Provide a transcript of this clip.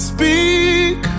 Speak